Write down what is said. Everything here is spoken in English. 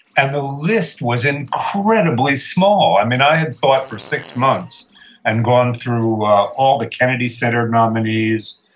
and the list was incredibly small i mean, i had thought for six months and gone through all the kennedy center nominees,